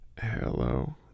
Hello